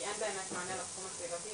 כי אין באמת מענה לתחום הסביבתי,